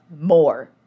more